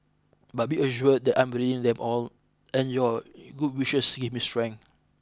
but be assured that I'm reading them all and your good wishes give me strength